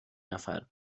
نفر